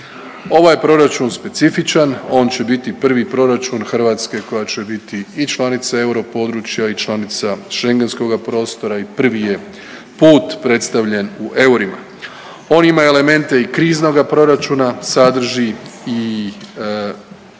Ova je proračun specifičan, on će biti prvi proračun Hrvatske koja će biti i članica euro područja i članica schengenskoga prostora i prvi je put predstavljen u eurima. On ima elemente i kriznoga proračuna, sadrži i